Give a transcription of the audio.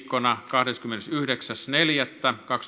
kahdeskymmenesyhdeksäs neljättä kaksituhattaviisitoista